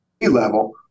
level